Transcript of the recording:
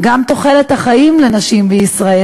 גם תוחלת החיים של נשים בישראל,